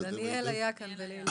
דניאל היה כאן ואלי היה פה.